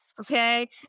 Okay